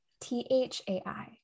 T-H-A-I